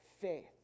faith